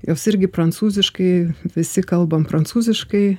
jos irgi prancūziškai visi kalbam prancūziškai